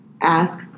ask